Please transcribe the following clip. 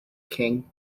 king